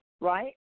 right